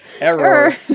Error